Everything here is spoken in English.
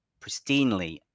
pristinely